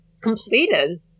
completed